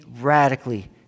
radically